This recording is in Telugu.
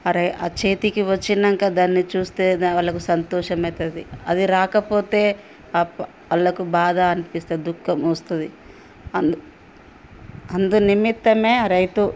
ఆ రై చేతికి వచ్చినాక దాన్ని చూస్తే వాళ్ళకు సంతోషం అవుతుంది అదే రాకపోతే వాళ్ళకి బాధ అనిపిస్తుంది దుఃఖం వస్తుంది అందు అందు నిమిత్తమే ఆ రైతు